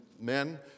men